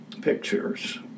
pictures